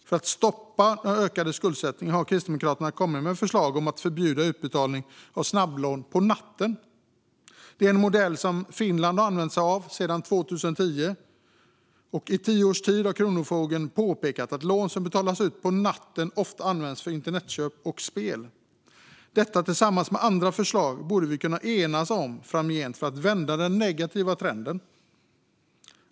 För att stoppa den ökade skuldsättningen har Kristdemokraterna kommit med ett förslag om att förbjuda utbetalning av snabblån på natten. Det är en modell som Finland har använt sig av sedan 2010. I tio års tid har Kronofogden påpekat att lån som betalas ut på natten ofta används för internetköp och spel. Detta tillsammans med andra förslag borde vi kunna enas om framgent för att vända den negativa trenden.